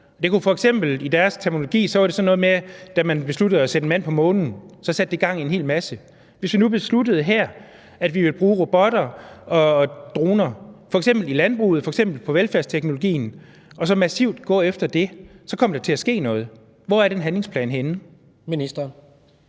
I deres terminologi var det f.eks., da man besluttede at sætte en mand på månen. Det satte gang i en hel masse. Hvis vi nu besluttede her, at vi vil bruge robotter og droner, f.eks. i landbruget, f.eks. inden for velfærdsteknologien, og så massivt gik efter det, så kom der til at ske noget. Hvor er den handlingsplan henne? Kl.